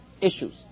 issues